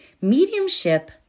Mediumship